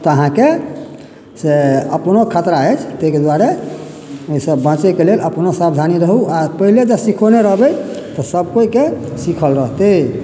तऽ अहाँके से अपनो खतरा अछि ताहिके दुआरे ओहिसँ बाँचैके लेल अपनो सावधानी रहू आ पहिले तऽ सिखोने रहबै तऽ सभकोइके सिखल रहतै